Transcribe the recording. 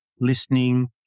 listening